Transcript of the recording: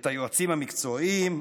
את היועצים המקצועיים,